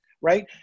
right